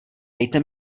dejte